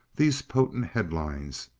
these potent headlines,